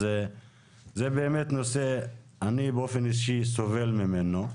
אז זה באמת נושא שאני באופן אישי סובל ממנו.